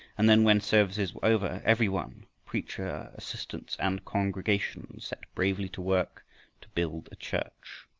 and then, when services were over, every one preacher, assistants, and congregation set bravely to work to build a church.